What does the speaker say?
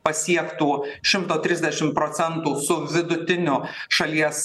pasiektų šimto trisdešim procentų su vidutiniu šalies